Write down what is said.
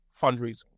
fundraising